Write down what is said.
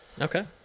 Okay